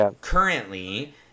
Currently